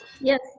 yes